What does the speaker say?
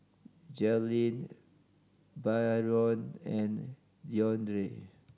Jailyn Byron and Deondre